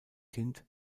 kind